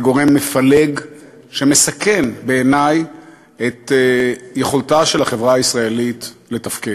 גורם מפלג שמסכן בעיני את יכולתה של החברה הישראלית לתפקד.